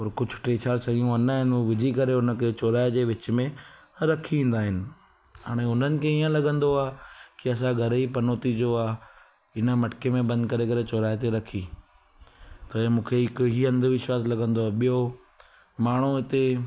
और कुझु टे चारि शयूं आणींदा आहिनि उहे विझी करे हुनखे चौराहे जे विच में रखी ईंदा आहिनि हाणे हुननि खे हीअं लॻंदो आहे की असां घर ई पनौती जो आहे हिन मटकी में बंदि करे करे चौराहे ते रखी के मूंखे हिकु हीअं अंधविश्वास लॻंदो हुओ ॿियों माण्हू हिते